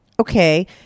Okay